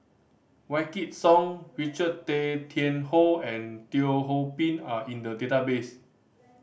Wykidd Song Richard Tay Tian Hoe and Teo Ho Pin are in the database